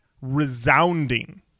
Resounding